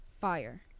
Fire